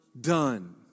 done